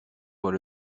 doit